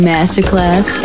Masterclass